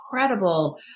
incredible